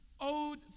owed